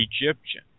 Egyptian